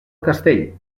castell